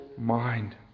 mind